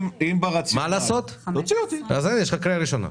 אני קורא אותך לסדר בפעם הראשונה.